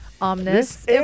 omnis